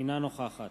אינה נוכחת